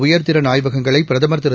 உயர்திறன் ஆய்வகங்களை பிரதமர் திரு